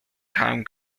kamen